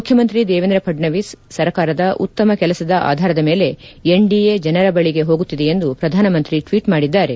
ಮುಖ್ಯಮಂತ್ರಿ ದೇವೇಂದ್ರ ಫಡ್ನವಿಸ್ ಸರಕಾರದ ಉತ್ತಮ ಕೆಲಸದ ಆಧಾರದ ಮೇಲೆ ಎನ್ಡಿಎ ಜನರ ಬಳಿಗೆ ಹೋಗುತ್ತಿದೆ ಎಂದು ಪ್ರಧಾನಮಂತ್ರಿ ಟ್ವೀಟ್ ಮಾಡಿದ್ದಾರೆ